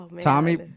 Tommy